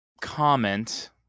comment